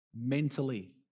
mentally